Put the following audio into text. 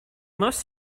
most